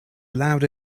loud